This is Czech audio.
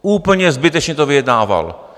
Úplně zbytečně to vyjednával.